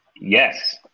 Yes